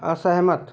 असहमत